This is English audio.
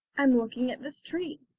i'm looking at this tree.